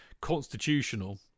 constitutional